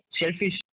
selfish